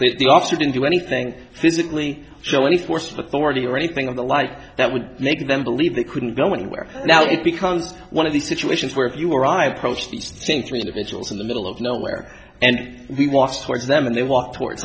that the officer didn't do anything physically so any source of authority or anything of the like that would make them believe they couldn't go anywhere now it becomes one of these situations where if you or i approach the think three individuals in the middle of nowhere and we watch towards them and they walk towards